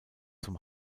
zum